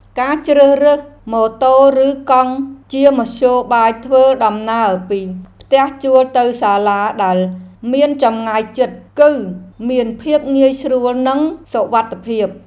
ការជ្រើសរើសម៉ូតូឬកង់ជាមធ្យោបាយធ្វើដំណើរពីផ្ទះជួលទៅសាលាដែលមានចម្ងាយជិត គឺមានភាពងាយស្រួលនិងសុវត្ថិភាព។